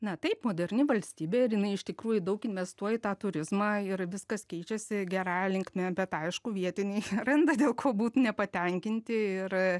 na taip moderni valstybė ir jinai iš tikrųjų daug investuoja į tą turizmą ir viskas keičiasi gerąja linkme bet aišku vietiniai randa dėl ko būt nepatenkinti ir